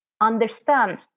understand